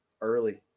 Early